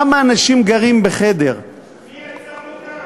כמה אנשים גרים בחדר, מי עצר אותם?